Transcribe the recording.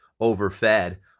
overfed